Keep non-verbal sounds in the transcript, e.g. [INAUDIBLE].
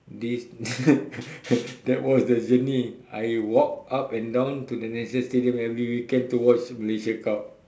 they [LAUGHS] that was the journey I walk up and down to the national stadium every weekend to watch Malaysia cup